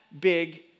big